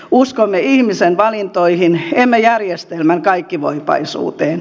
uskomme ihmisen valintoihin emme järjestelmän kaikkivoipaisuuteen